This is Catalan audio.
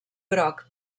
groc